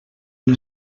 una